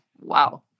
Wow